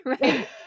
right